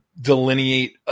delineate